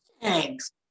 Thanks